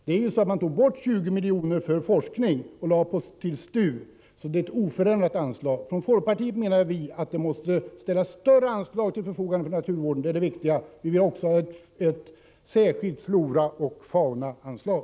Man drog ju in 20 milj.kr. som var avsedda för forskning och i stället fick STU dessa pengar. Anslaget är således oförändrat. Vi i folkpartiet menar alltså att anslagen till naturvården måste bli större. Det är det viktiga i detta sammanhang. Vi vill dessutom ha ett särskilt floraoch faunaanslag.